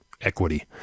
equity